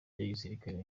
gisirikare